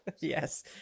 Yes